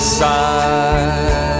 side